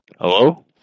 Hello